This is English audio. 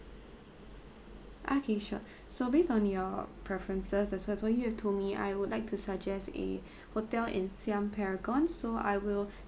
ah K sure so based on your preferences as well so you have told me I would like to suggest a hotel in siam paragon so I will